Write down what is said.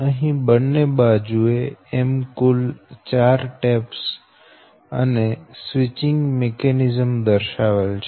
અહી બંને બાજુ બે એમ કુલ ચાર ટેપ્સ અને સ્વિચિંગ મીકેનીઝમ દર્શાવેલ છે